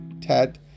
Tet